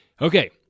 Okay